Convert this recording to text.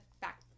back